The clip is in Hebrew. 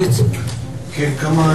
כבוד